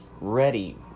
ready